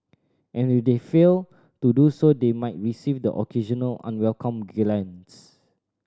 and if they fail to do so they might receive the occasional unwelcome glance